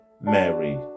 Mary